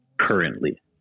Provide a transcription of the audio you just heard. currently